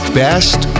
best